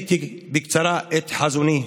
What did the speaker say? העליתי בקצרה את חזוני.